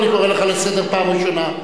אני קורא לך לסדר פעם ראשונה.